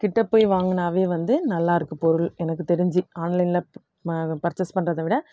கிட்ட போய் வாங்கினாவே வந்து நல்லாயிருக்கு பொருள் எனக்கு தெரிஞ்சு ஆன்லைன்ல ம பர்ச்சேஸ் பண்றதை விட